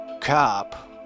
cop